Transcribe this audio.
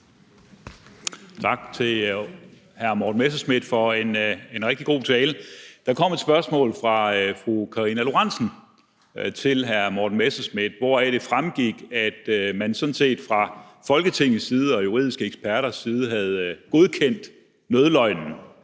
Tak til hr. Morten Messerschmidt for en rigtig god tale. Der kom et spørgsmål fra fru Karina Lorentzen Dehnhardt til hr. Morten Messerschmidt, hvoraf det fremgik, at man sådan set fra Folketingets side og fra juridiske eksperters side havde godkendt nødløgnen,